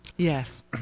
Yes